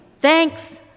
Thanks